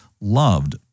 loved